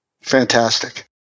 Fantastic